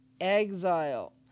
exile